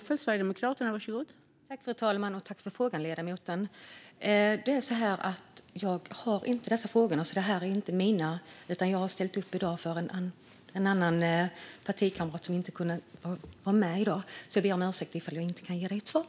Fru talman! Tack för frågan, ledamoten! Det är så här att det är inte jag som har dessa frågor. De är inte mina. Jag har ställt upp för en partikamrat som inte kunde vara med i dag. Jag ber alltså om ursäkt om jag inte kan ge ett svar.